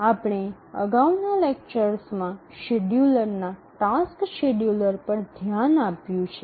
આપણે અગાઉના લેક્ચર્સમાં શેડ્યુલરના ટાસ્ક શેડ્યુલર પર ધ્યાન આપ્યું છે